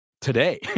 today